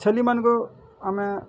ଛେଲି ମାନଙ୍କୁ ଆମେ